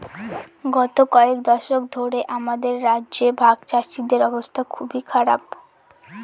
গত কয়েক দশক ধরে আমাদের রাজ্যে ভাগচাষীদের অবস্থা খুব খারাপ